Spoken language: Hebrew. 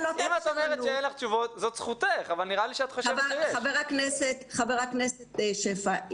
חבר הכנסת שפע,